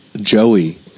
Joey